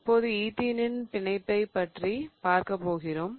இப்போது ஈத்தீனின் பிணைப்பைப் பற்றி பார்க்க போகிறோம்